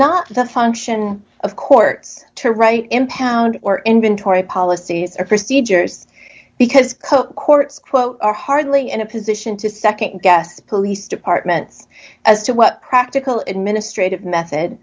not the function of courts to write impound or inventory policies or procedures because courts quote are hardly in a position to nd guess police departments as to what practical in ministry of method